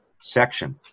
section